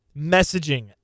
messaging